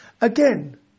Again